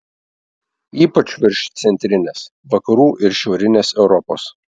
ypač virš centrinės vakarų ir šiaurinės europos